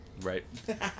Right